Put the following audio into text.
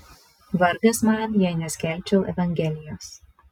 vargas man jei neskelbčiau evangelijos